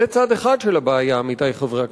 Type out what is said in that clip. זה צד אחד של הבעיה, עמיתי חברי הכנסת.